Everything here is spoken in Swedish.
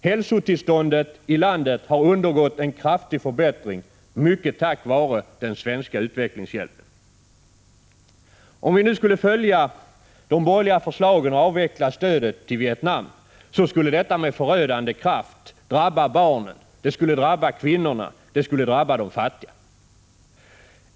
Hälsotillståndet i landet har undergått en kraftig förbättring Om vi nu skulle följa de borgerliga förslagen och avveckla stödet till 16 april 1986 Vietnam så skulle detta med förödande kraft drabba barnen, det skulle drabba kvinnorna och det skulle drabba de fattiga.